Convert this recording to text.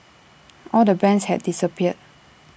all the bands had disappeared